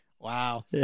Wow